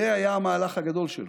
זה היה המהלך הגדול שלו.